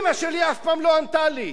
אמא שלי אף פעם לא ענתה לי,